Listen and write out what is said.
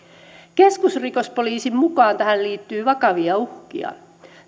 keskusrikospoliisin mukaan tähän liittyy vakavia uhkia